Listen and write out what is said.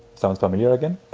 sounds familiar again?